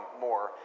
more